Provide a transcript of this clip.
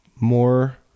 more